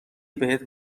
بهت